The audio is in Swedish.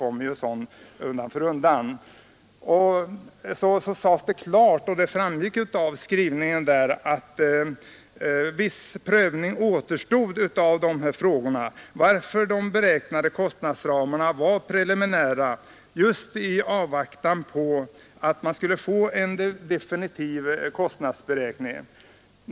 Av skrivningen framgick klart att viss prövning av de kostnadsramarna var preliminära i avvaktan på en definitiv kostnadsberäkning.